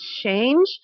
change